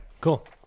Cool